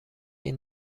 این